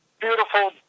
Beautiful